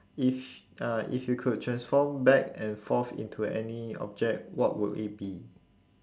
if uh if you could transform back and forth into any object what will it be